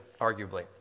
arguably